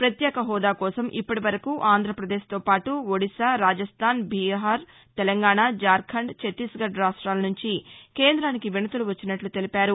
ప్రత్యేక హోదా కోసం ఇప్పటివరకూ ఆంధ్రప్రదేశ్తో పాటు ఒడిషా రాజస్టాన్ బీహార్ తెలంగాణ ఝార్టండ్ ఛత్తీస్గఢ్ రాష్ట్రాల నుంచి కేందానికి విసతులు వచ్చినట్లు తెలిపారు